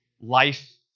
Life